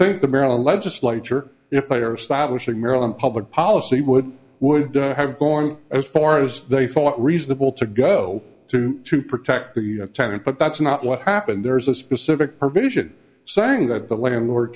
think the maryland legislature if they are establishing maryland public policy would would have gone as far as they thought reasonable to go to to protect the tenant but that's not what happened there's a specific provision saying that the l